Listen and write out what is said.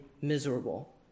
miserable